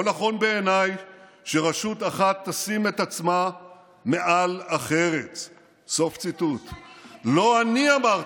אני קורא